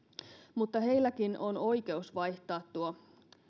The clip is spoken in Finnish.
mutta heilläkin on oikeus vaihtaa tuo